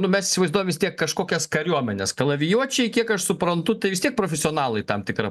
nu mes įsivaizduojam vis tiek kažkokias kariuomenes kalavijuočiai kiek aš suprantu tai vis tiek profesionalai tam tikra